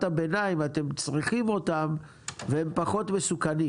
הביניים אתם צריכים אותם והם פחות מסוכנים,